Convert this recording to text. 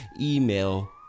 email